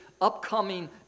upcoming